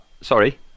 sorry